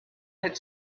had